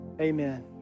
Amen